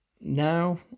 now